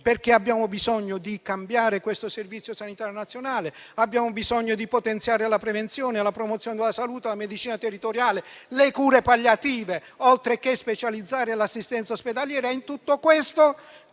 perché abbiamo bisogno di cambiare questo Servizio sanitario nazionale, abbiamo bisogno di potenziare la prevenzione, la promozione della salute, la medicina territoriale, le cure palliative, oltre che specializzare l'assistenza ospedaliera.